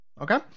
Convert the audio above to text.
Okay